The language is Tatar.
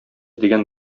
дигән